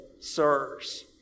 Sirs